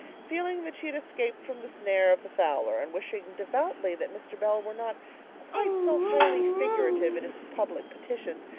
feeling that she had escaped from the snare of the fowler, and wishing devoutly that mr. bell were not quite so highly figurative in his public petitions,